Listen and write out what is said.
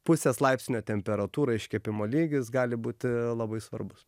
pusės laipsnio temperatūra iškepimo lygis gali būti labai svarbus